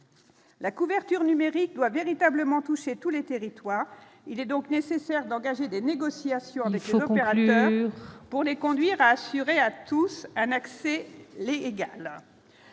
La couverture numérique doit véritablement touché tous les territoires, il est donc nécessaire d'engager des négociations de ou pour les conduire à assurer à tous un accès légal.